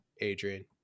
Adrian